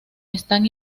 están